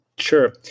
Sure